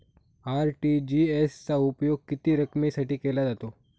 RTGS चा उपयोग किती रकमेसाठी केला जातो?